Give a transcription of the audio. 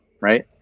Right